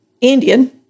Indian